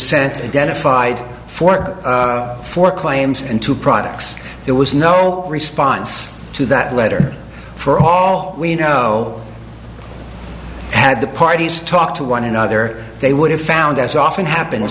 sent to dennis fide for four claims and two products there was no response to that letter for all we know had the parties talk to one another they would have found as often happens